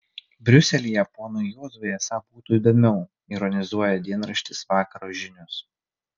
briuselyje ponui juozui esą būtų įdomiau ironizuoja dienraštis vakaro žinios